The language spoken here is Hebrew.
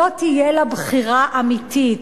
לא תהיה לה בחירה אמיתית,